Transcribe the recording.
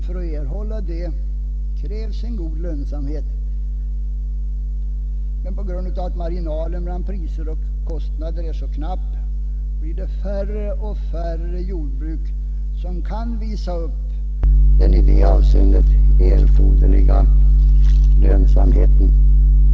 För att erhålla sådant stöd till jordbruksverksamhet krävs en god lönsamhet, men på grund av att marginalen mellan priser och kostnader är mycket knapp blir det färre och färre jordbruk som kan visa upp den i det avseendet erforderliga lönsamheten.